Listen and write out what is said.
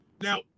Now